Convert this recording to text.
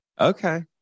Okay